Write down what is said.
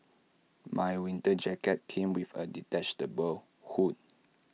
my winter jacket came with A detached hood